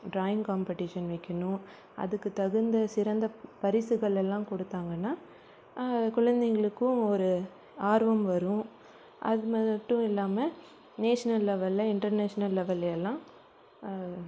drawing competition வைக்கிணும் அதுக்குத் தகுந்த சிறந்த பரிசுகளெல்லாம் கொடுத்தாங்கன்னா குழந்தைங்களுக்கும் ஒரு ஆர்வம் வரும் அது மட்டும் இல்லாமல் நேஷனல் லெவெலில் இன்டர்நேஷனல் லெவெலில் எல்லாம்